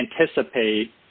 anticipate